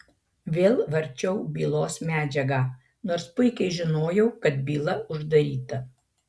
vėl varčiau bylos medžiagą nors puikiai žinojau kad byla uždaryta